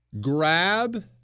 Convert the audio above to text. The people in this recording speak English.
grab